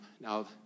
now